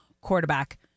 quarterback